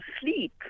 sleep